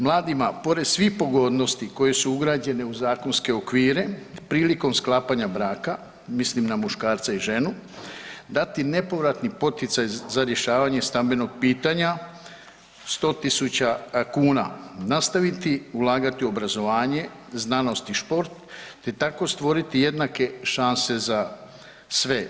Mladima pored svih pogodnosti koje su ugrađene u zakonske okvire prilikom sklapanja braka, mislim na muškarca i ženu, dati nepovratni poticaj za rješavanje stambenog pitanja 100.000 kuna, nastaviti ulagati u obrazovanje, znanost i šport te tako stvoriti jednake šanse za sve.